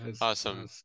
Awesome